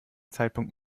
zeitpunkt